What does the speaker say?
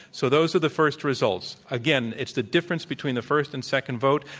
so, those are the first results. again, it's the difference between the first and second vote.